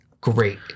great